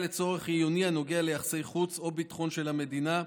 לצורך חיוני הנוגע ליחסי חוץ או ביטחון של המדינה,